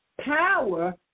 Power